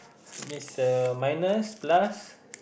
this uh minus plus